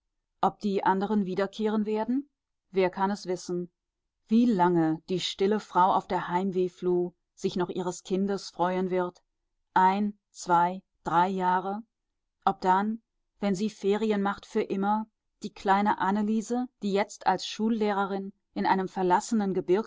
ob die anderen wiederkehren werden wer kann es wissen wie lange die stille frau auf der heimwehfluh sich noch ihres kindes freuen wird ein zwei drei jahre ob dann wenn sie ferien macht für immer die kleine anneliese die jetzt als schullehrerin in einem verlassenen